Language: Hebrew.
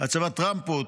הצבת רמפות,